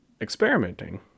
experimenting